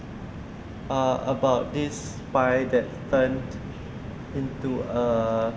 ah about this spy that turned into a